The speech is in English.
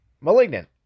malignant